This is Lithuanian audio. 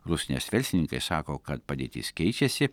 rusnės verslininkai sako kad padėtis keičiasi